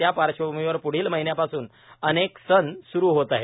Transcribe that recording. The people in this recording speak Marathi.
त्या पार्श्वभूमीवर प्ढील महिन्यांपासून अनेक सण स्रु होत आहे